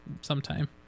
sometime